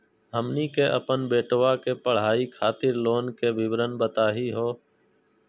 हमनी के अपन बेटवा के पढाई खातीर लोन के विवरण बताही हो?